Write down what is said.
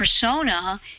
persona